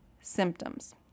symptoms